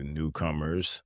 newcomers